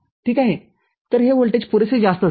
तर हे व्होल्टेज पुरेसे जास्त असेल